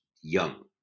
young